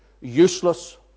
useless